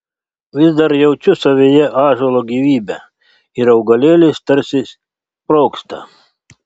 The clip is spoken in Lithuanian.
vis dar jaučiu savyje ąžuolo gyvybę ir augalėlis tarsi sprogsta